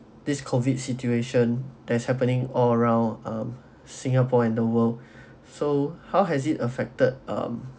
this COVID situation that's happening all around um singapore and the world so how has it affected um